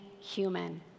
human